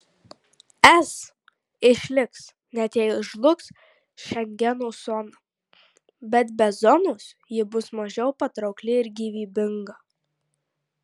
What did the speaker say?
es išliks net jei žlugs šengeno zona bet be zonos ji bus mažiau patraukli ir gyvybinga